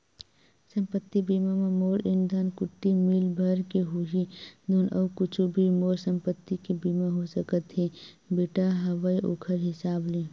संपत्ति बीमा म मोर धनकुट्टी मील भर के होही धुन अउ कुछु भी मोर संपत्ति के बीमा हो सकत हे बेटा हवय ओखर हिसाब ले?